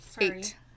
Eight